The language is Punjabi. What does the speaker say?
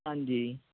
ਹਾਂਜੀ